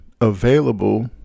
available